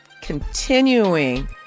continuing